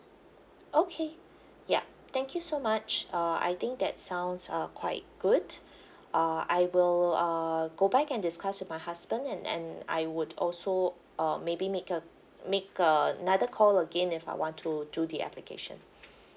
okay ya thank you so much uh I think that sounds uh quite good uh I will uh go back and discuss with my husband and and I would also um maybe make a make a another call again if I want to do the application